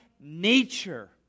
nature